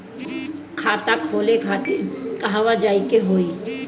खाता खोले खातिर कहवा जाए के होइ?